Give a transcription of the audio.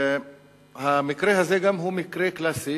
המקרה הזה הוא גם מקרה קלאסי